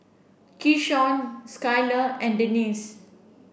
keyshawn Skylar and Denise